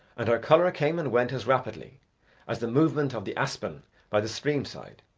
and her colour came and went as rapidly as the movement of the aspen by the stream side.